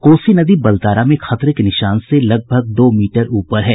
कोसी नदी बलतारा में खतरे के निशान से लगभग दो मीटर ऊपर है